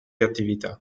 attività